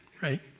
right